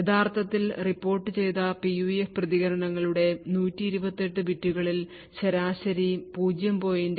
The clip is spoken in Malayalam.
യഥാർത്ഥത്തിൽ റിപ്പോർട്ടുചെയ്ത PUF പ്രതികരണങ്ങളുടെ 128 ബിറ്റുകളിൽ ശരാശരി 0